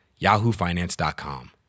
YahooFinance.com